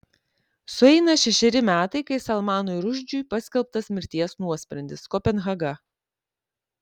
sueina šešeri metai kai salmanui rušdžiui paskelbtas mirties nuosprendis kopenhaga